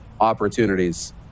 opportunities